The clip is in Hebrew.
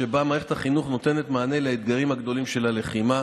שבה מערכת החינוך נותנת מענה לאתגרים הגדולים של הלחימה.